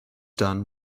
done